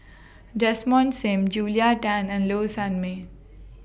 Desmond SIM Julia Tan and Low Sanmay